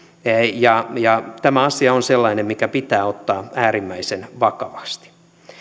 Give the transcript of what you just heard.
ja ja tämä asia on sellainen mikä pitää ottaa äärimmäisen vakavasti